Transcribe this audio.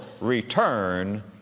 return